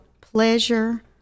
pleasure